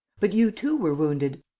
but you too were wounded.